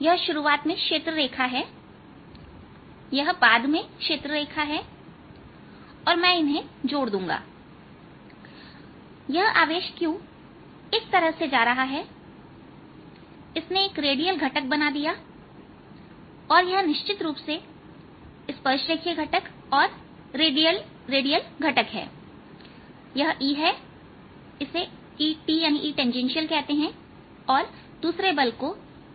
यह शुरुआत में क्षेत्र रेखा हैयह बाद में क्षेत्र रेखा है और मैं इन्हें जोड़ जोड़ दूंगा और यह आवेश q इस तरह जा रहा है और इसने एक रेडियल घटक बना दिया है और यह निश्चित रूप से स्पर्श रेखीय घटक और रेडियल घटक हैं यह E हैं इसे Et कहते हैं और दूसरे बल को Er